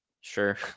sure